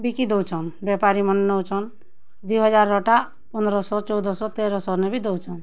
ବିକି ଦୋଉଛନ୍ ବେପାରୀମନେ ନଉଛନ୍ ଦୁଇ ହଜାର୍ରଟା ପନ୍ଦ୍ରଶହ ଚୋଉଦଶହ ତେରଶହ ନେ ବି ଦଉଛନ୍